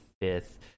fifth